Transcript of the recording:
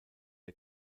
der